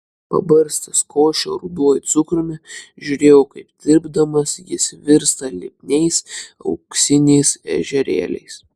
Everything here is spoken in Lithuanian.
pabarstęs košę ruduoju cukrumi žiūrėjau kaip tirpdamas jis virsta lipniais auksiniais ežerėliais